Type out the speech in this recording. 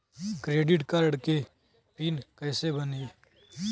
Credit card के pin कैसे बनी?